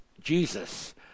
Jesus